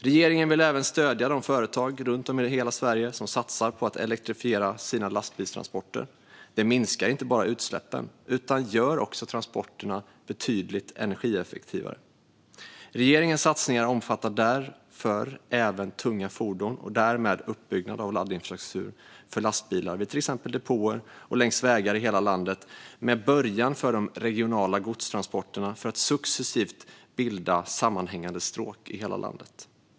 Regeringen vill även stödja de företag runt om i hela Sverige som satsar på att elektrifiera sina lastbilstransporter. Det minskar inte bara utsläppen utan gör också transporterna betydligt energieffektivare. Regeringens satsningar omfattar därför även tunga fordon och därmed uppbyggnad av laddinfrastruktur för lastbilar vid till exempel depåer och längs vägar i hela landet, med början för de regionala godstransporterna för att successivt bilda sammanhängande stråk i hela landet.